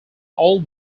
all